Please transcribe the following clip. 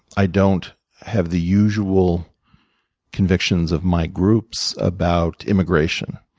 i don't have the usual convictions of my groups about immigration.